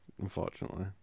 unfortunately